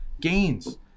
gains